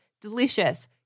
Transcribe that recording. delicious